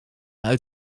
uit